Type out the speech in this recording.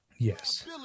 Yes